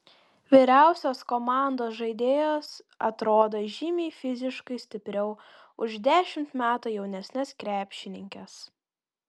vyriausios komandos žaidėjos atrodo žymiai fiziškai stipriau už dešimt metų jaunesnes krepšininkes